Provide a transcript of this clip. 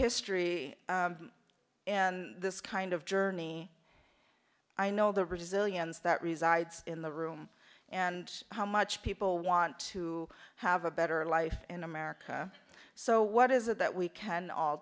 history and this kind of journey i know the resilience that resides in the room and how much people want to have a better life in america so what is it that we can all